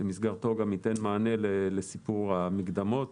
במסגרתו גם ניתן מענה לסיפור המקדמות,